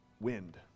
wind